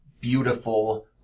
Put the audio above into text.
beautiful